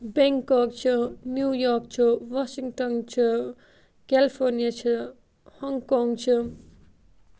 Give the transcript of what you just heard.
Bangkok چھُ New York چھُ Washington چھُ کیٚلفورنیا چھُ ہانگ کانگ چھُ